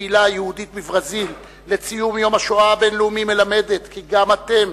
הקהילה היהודית בברזיל לציון יום השואה הבין-לאומי מלמדת כי גם אתם,